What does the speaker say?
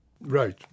Right